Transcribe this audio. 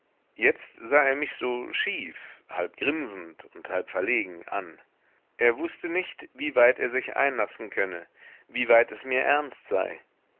jetzt sah er mich so schief halb grinsend und halb verlegen an er wußte nicht wieweit er sich einlassen könne wie weit es mir ernst sei